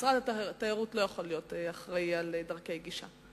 משרד התיירות לא יכול להיות אחראי על דרכי גישה.